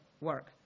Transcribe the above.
work